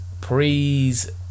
please